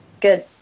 good